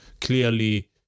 clearly